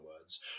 words